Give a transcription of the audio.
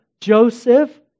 Joseph